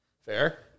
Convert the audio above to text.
Fair